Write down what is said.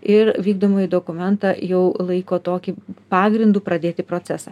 ir vykdomąjį dokumentą jau laiko tokį pagrindu pradėti procesą